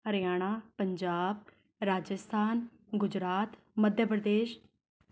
Haryana Punjab Rajasthan Gujarat Madhya Pradesh